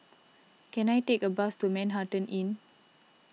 can I take a bus to Manhattan Inn